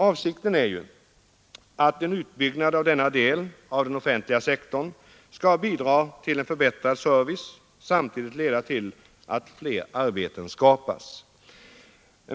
Avsikten är att en utbyggnad av denna del av den offentliga sektorn skall bidra till en förbättrad service och samtidigt léda till att fler arbetstillfällen skapas.